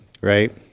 right